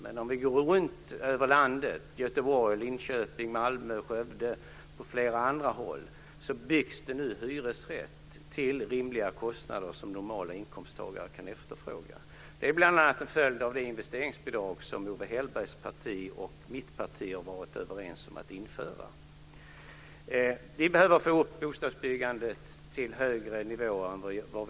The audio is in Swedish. Men runtom i landet - i Göteborg, Linköping, Malmö, Skövde och på flera andra håll - byggs det nu hyresrätter till rimliga kostnader som normalinkomsttagare kan efterfråga. Det är bl.a. en följd av det investeringsbidrag som Owe Hellbergs parti och mitt parti har varit överens om att införa. Vi behöver få upp bostadsbyggandet till högre nivåer än i dag.